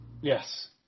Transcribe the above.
Yes